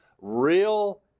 real